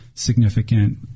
significant